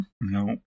No